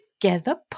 Together